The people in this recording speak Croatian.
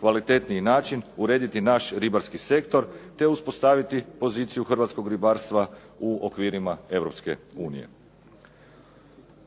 kvalitetniji način urediti naš ribarski sektor te uspostaviti poziciju hrvatskog ribarstva u okvirima Europske unije.